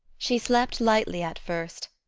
she slept lightly at first,